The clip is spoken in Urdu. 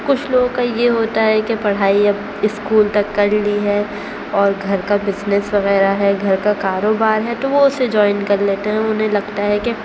کچھ لوگوں کا یہ ہوتا ہے کہ پڑھائی اب اسکول تک کر لی ہے اور گھر کا بزنس وغیرہ ہے گھر کا کارو بار ہے تو وہ اسے جوائن کر لیتے ہیں انہیں لگتا ہے کہ